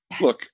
Look